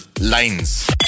Lines